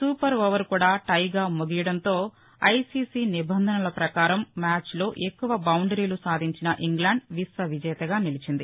super over కూడా టైగా ముగియదంతో ఐసీసీ నిబంధనల ప్రకారం మ్యాచ్లో ఎక్కువ బౌండరీలు సాధించిన ఇంగ్లాండ్ విశ్వ విజేతగా నిలిచింది